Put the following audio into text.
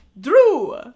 Drew